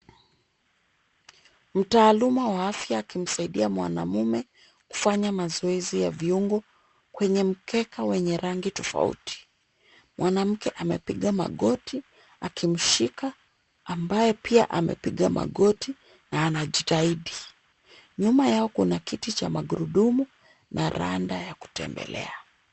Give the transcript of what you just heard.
Mtaaluma wa afya, akimsaidia mwanaume kufanya mazoezi ya viungo kwenye mkeka wenye rangi tofauti. Mwanamke amepiga magoti akimshika ambaye pia amepiga magoti na anajitahidi. Nyuma yao kuna kiti cha magurudumu na randa ya kutembelea.